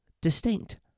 distinct